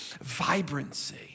vibrancy